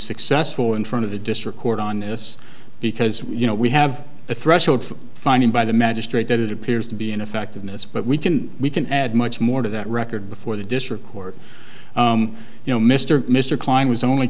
successful in front of the district court on this because you know we have the threshold for finding by the magistrate that it appears to be ineffectiveness but we can we can add much more to that record before the district court you know mr mr klein was only